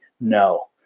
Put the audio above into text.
No